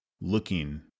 looking